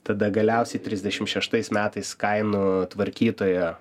tada galiausiai trisdešimt šeštais metais kainų tvarkytojo